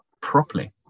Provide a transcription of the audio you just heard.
properly